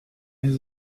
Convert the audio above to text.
his